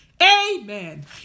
Amen